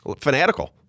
fanatical